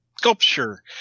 Sculpture